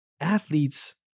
athletes